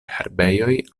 herbejoj